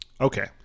Okay